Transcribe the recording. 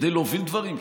כדי להוביל דברים,